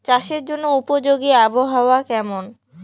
চাষের জন্য উপযোগী আবহাওয়া কেমন?